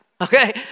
Okay